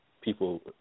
people